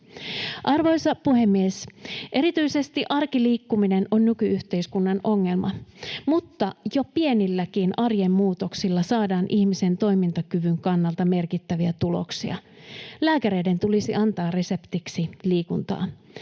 Arvoisa puhemies! Erityisesti arkiliikkuminen on nyky-yhteiskunnan ongelma, mutta jo pienilläkin arjen muutoksilla saadaan ihmisen toimintakyvyn kannalta merkittäviä tuloksia. Lääkäreiden tulisi antaa reseptiksi liikuntaa.